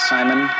Simon